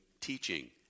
teaching